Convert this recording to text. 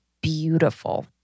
beautiful